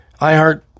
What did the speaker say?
iHeart